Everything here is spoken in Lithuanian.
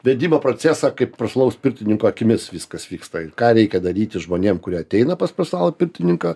vedimo procesą kaip profesionalaus pirtininko akimis viskas vyksta ir ką reikia daryti žmonėm kurie ateina pas profesionalų pirtininką